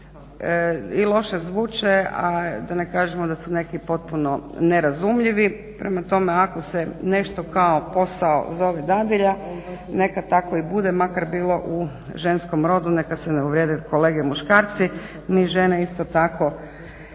i loše zvuče, a da ne kažemo da su neki potpuno nerazumljivi. Prema tome, ako se nešto kao posao zove dadilja neka tako i bude makar bilo u ženskom rodu, neka se ne uvrijede kolege muškarci. Mi žene isto tako